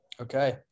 Okay